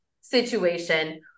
situation